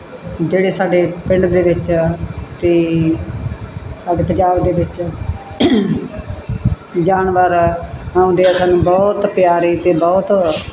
ਜਿਹੜੇ ਸਾਡੇ ਪਿੰਡ ਦੇ ਵਿੱਚ ਅਤੇ ਸਾਡੇ ਪੰਜਾਬ ਦੇ ਵਿੱਚ ਜਾਨਵਰ ਆਉਂਦੇ ਆ ਸਾਨੂੰ ਬਹੁਤ ਪਿਆਰੇ ਅਤੇ ਬਹੁਤ